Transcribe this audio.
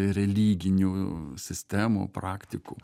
religinių sistemų praktikų